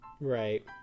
right